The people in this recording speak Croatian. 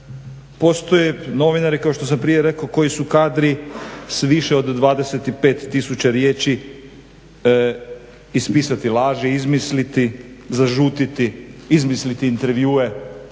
prije rekao koji su kadri s više od 25000 riječi ispisati laži, izmisliti, zažutiti, izmisliti intervjue